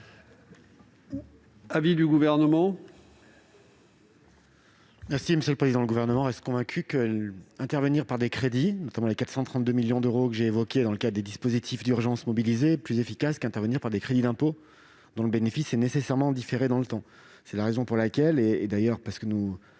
l'avis du Gouvernement ?